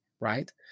right